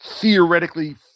theoretically